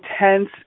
intense